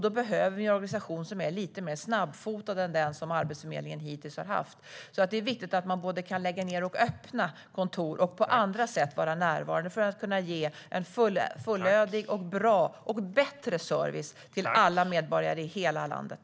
Då behövs det en organisation som är lite mer snabbfotad än den som Arbetsförmedlingen hittills har haft. Det är alltså viktigt att man kan lägga ned och öppna kontor och på andra sätt vara närvarande för att kunna ge en fullödig och bättre service till alla medborgare i hela landet.